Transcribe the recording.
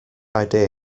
idea